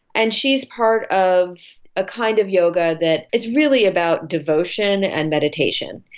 and she is part of a kind of yoga that is really about devotion and meditation.